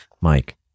Mike